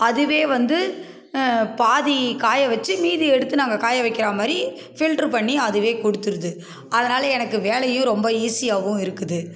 அதுவே வந்து பாதி காய வச்சி மீதியை எடுத்து நாங்கள் காய வைக்கிறா மாதிரி ஃபில்டரு பண்ணி அதுவே கொடுத்துடுது அதனால் எனக்கு வேலையும் ரொம்ப ஈஸியாகவும் இருக்குது